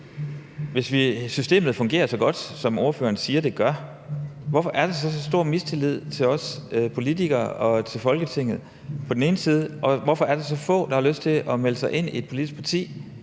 Hvis systemet fungerer så godt, som ordføreren siger at det gør, hvorfor er der så så stor mistillid til os politikere og til Folketinget, og hvorfor er der så få, der har lyst til at melde sig ind i et politisk parti?